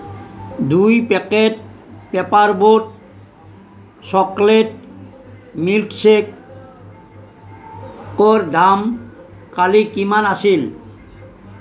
দুই packet Paper Boat chocolate মিল্কশ্বেকৰ দাম কালি কিমান আছিল